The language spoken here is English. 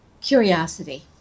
curiosity